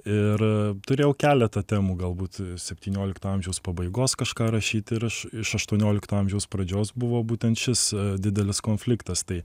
ir turėjau keletą temų galbūt septyniolikto amžiaus pabaigos kažką rašyti ir aš iš aštuoniolikto amžiaus pradžios buvo būtent šis didelis konfliktas tai